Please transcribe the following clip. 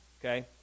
okay